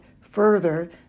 further